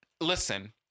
listen